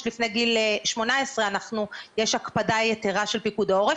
לפני גיל 18 יש הקפדה יתרה של פיקוד העורף.